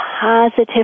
positive